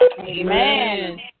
Amen